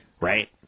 Right